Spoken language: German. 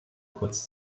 kurz